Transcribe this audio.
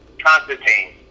Constantine